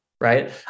Right